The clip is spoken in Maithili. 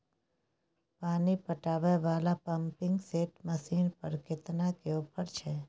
पानी पटावय वाला पंपिंग सेट मसीन पर केतना के ऑफर छैय?